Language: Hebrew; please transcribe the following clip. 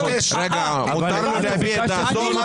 רגע, מותר לו להביע את דעתו?